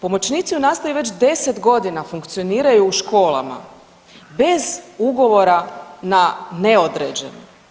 Pomoćnici u nastavi već 10 godina funkcioniraju u školama bez Ugovora na neodređeno.